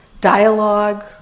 dialogue